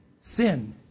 sin